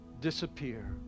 disappear